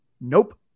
nope